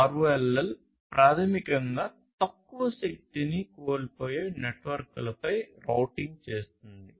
ROLL ప్రాథమికంగా తక్కువ శక్తిని కోల్పోయే నెట్వర్క్లపై రౌటింగ్ చేస్తోంది